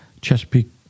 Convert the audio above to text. Chesapeake